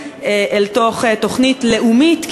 אל תוך תוכנית לאומית,